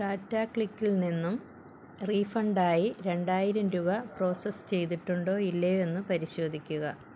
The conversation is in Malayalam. ടാറ്റാക്ലിക്കിൽ നിന്നും റീഫണ്ടായി രണ്ടായിരം രൂപ പ്രോസസ്സ് ചെയ്തിട്ടുണ്ടോ ഇല്ലയോ എന്ന് പരിശോധിക്കുക